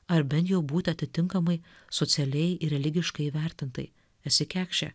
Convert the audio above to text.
ar bent jau būti atitinkamai socialiai ir religiškai įvertintai esi kekšė